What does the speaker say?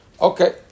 Okay